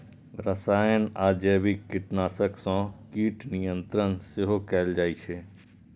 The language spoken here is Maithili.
रसायन आ जैविक कीटनाशक सं कीट नियंत्रण सेहो कैल जाइ छै